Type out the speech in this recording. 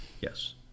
yes